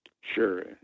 Sure